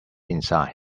inside